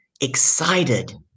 excited